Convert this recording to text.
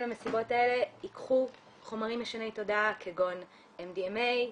למסיבות האלה ייקחו חומרים משני תודעה כגון MDMA,